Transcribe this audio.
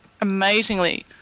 amazingly